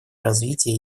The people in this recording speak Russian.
развития